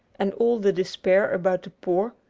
and all the despair about the poor,